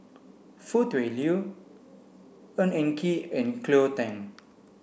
Foo Tui Liew Ng Eng Kee and Cleo Thang